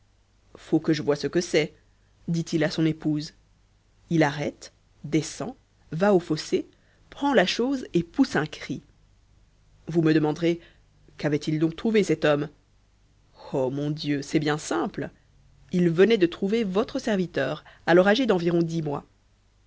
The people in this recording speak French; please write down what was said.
faut que je voie ce que c'est dit-il à son épouse il arrête descend va au fossé prend la chose et pousse un cri vous me demanderez qu'avait-il donc trouvé cet homme oh mon dieu c'est bien simple il venait de trouver votre serviteur alors âgé d'environ dix mois